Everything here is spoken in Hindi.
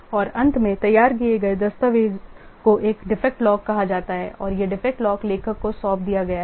और अंत में तैयार किए गए दस्तावेज़ को एक डिफेक्ट लॉग कहा जाता है और यह डिफेक्ट लॉग लेखक को सौंप दिया गया है